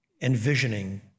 envisioning